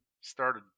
started